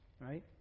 right